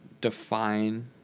define